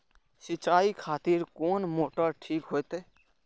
सीचाई खातिर कोन मोटर ठीक होते?